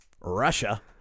Russia